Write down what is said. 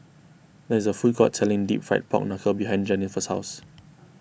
there is a food court selling Deep Fried Pork Knuckle behind Jennifer's house